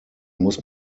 muss